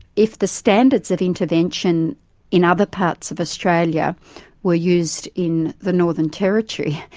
if the standards of intervention in other parts of australia were used in the northern territory,